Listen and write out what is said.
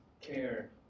care